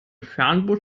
fernbus